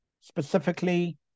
specifically